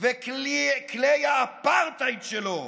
וכלי האפרטהייד שלו,